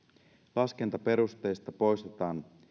laskentaperusteista poistetaan